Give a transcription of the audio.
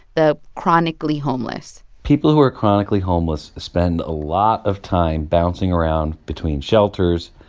the chronically homeless people who are chronically homeless spend a lot of time bouncing around between shelters,